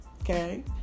okay